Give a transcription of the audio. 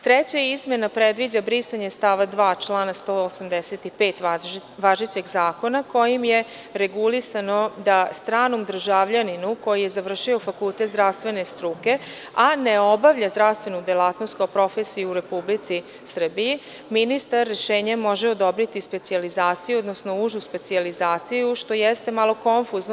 Treća izmena predviđa brisanje stava 2. člana 185. važećeg zakona, kojim je regulisano da stranom državljaninu koji je završio fakultet zdravstvene struke, a ne obavlja zdravstvenu delatnost kao profesiju u Republici Srbiji, ministar rešenjem može odobriti specijalizaciju, odnosno užu specijalizaciju, što jeste malo konfuzno.